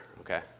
okay